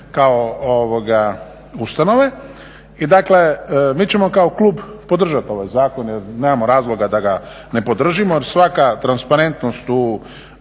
kao ustanove. I dakle, mi ćemo kao klub podržati ovaj zakon jer nemamo razloga da ga ne podržimo jer svaka transparentnost u